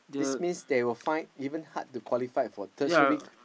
this means they will find even hard to qualify for tertiary